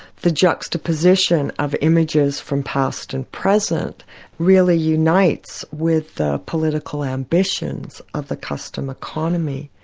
the juxtaposition of images from past and present really unites with ah political ambitions of the custom economy.